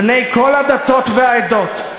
בני כל הדתות והעדות,